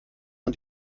man